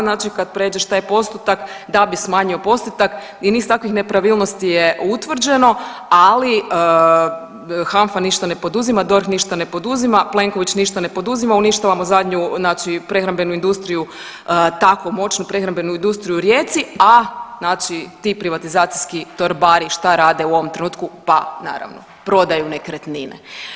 Znači kad pređeš taj postotak, da bi smanjio postotak i niz takvih nepravilnosti je utvrđeno, ali HANFA ništa ne poduzima, DORH ništa ne poduzima, Plenković ništa ne poduzima, uništavamo zadnju znači prehrambenu industriju, tako moćnu prehrambenu industriju u Rijeci, a znači ti privatizaciji torbari šta rade u ovom trenutku, pa naravno prodaju nekretnine.